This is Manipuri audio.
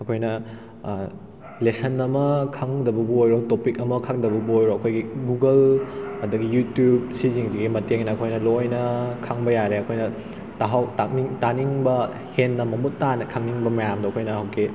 ꯑꯩꯈꯣꯏꯅ ꯂꯦꯁꯟ ꯑꯃ ꯈꯪꯗꯕꯕꯨ ꯑꯣꯏꯔꯣ ꯇꯣꯄꯤꯛ ꯑꯃ ꯈꯪꯗꯕꯕꯨ ꯑꯣꯏꯔꯣ ꯑꯩꯈꯣꯏꯒꯤ ꯒꯨꯒꯜ ꯑꯗꯒꯤ ꯌꯨꯇ꯭ꯌꯨꯕ ꯁꯤꯁꯤꯡꯁꯤꯒꯤ ꯃꯇꯦꯡꯅ ꯑꯩꯈꯣꯏꯅ ꯂꯣꯏꯅ ꯈꯪꯕ ꯌꯥꯔꯦ ꯑꯩꯈꯣꯏꯅ ꯇꯥꯛꯅꯤꯡ ꯄꯥꯅꯤꯡꯕ ꯍꯦꯟꯅ ꯃꯃꯨꯠ ꯇꯥꯅ ꯈꯪꯅꯤꯡꯕ ꯃꯌꯥꯝꯗꯨ ꯑꯩꯈꯣꯏꯅ ꯍꯧꯖꯤꯛꯀꯤ